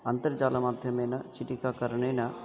अन्तर्जालमाध्यमेन चीटिकाकरणेन